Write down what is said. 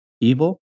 Evil